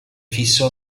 fisso